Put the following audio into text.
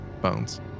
bones